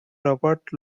robert